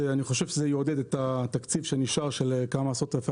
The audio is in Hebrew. אני חושב שזה יעודד את התקציב שנשאר של כמה עשרות אלפי